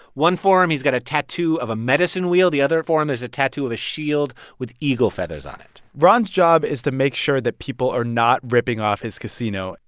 one forearm he's got a tattoo of a medicine wheel, the other forearm there's a tattoo of a shield with eagle feathers on it ron's job is to make sure that people are not ripping off his casino.